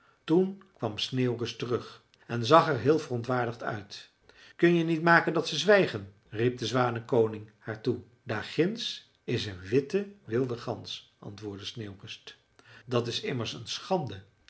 toen kwam sneeuwrust terug en zag er heel verontwaardigd uit kun je niet maken dat ze zwijgen riep de zwanenkoning haar toe daar ginds is een witte wilde gans antwoordde sneeuwrust dat is immers een schande